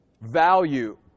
value